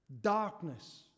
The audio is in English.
darkness